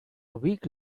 week